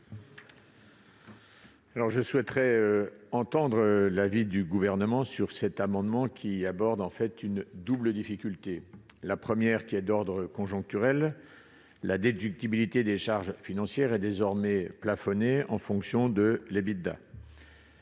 Je souhaiterais entendre l'avis du Gouvernement sur cet amendement, qui aborde deux questions. La première est d'ordre conjoncturel : la déductibilité des charges financières est désormais plafonnée en fonction de